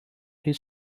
his